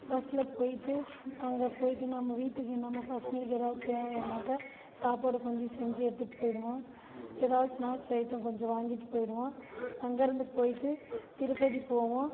பஸ்ஸில் போய்விட்டு அங்கே போய்ட்டு நம்ம வீட்டுக்கு நம்ம பசங்களுக்கு எதாவது தேவையானாக்க சாப்பாடு கொஞ்சம் செஞ்சு எடுத்துகிட்டு போய்விடுவோம் எதாவது ஸ்நாக்ஸ் ஐட்டம் கொஞ்சம் வாங்கிகிட்டு போய்விடுவோம் அங்கேருந்து போய்விட்டு திருப்பதி போவோம்